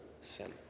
sin